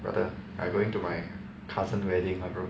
brother I going to my cousin's wedding lah bro